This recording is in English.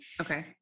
Okay